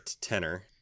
tenor